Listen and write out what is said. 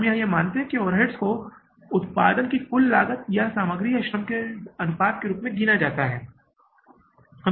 हम यहाँ यह मानते हैं कि ओवरहेड्स को उत्पादन की कुल लागत या सामग्री या श्रम के अनुपात के रूप में गिना जाता है